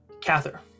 Cather